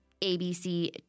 ABC